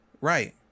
Right